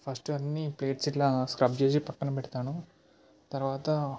first అన్ని పేర్చి ఇట్లా స్క్రబ్ చేసి పక్కన పెడతాను తర్వాత